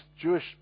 Jewish